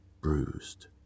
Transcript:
bruised